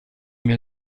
mio